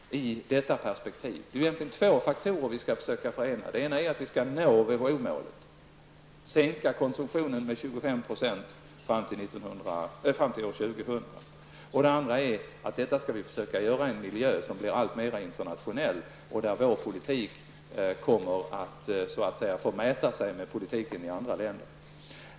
Det är egentligen två faktorer som vi skall försöka förändra. Det ena är att vi skall uppnå WHO-målet och sänka alkoholkonsumtionen med 25 % fram till år 2000. Det andra är att vi skall försöka göra det i en miljö som blir mer internationell och där vår politik så att säga får mäta sig med politiken i andra länder.